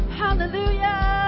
hallelujah